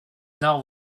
nord